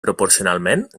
proporcionalment